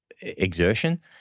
exertion